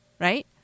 Right